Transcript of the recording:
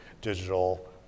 digital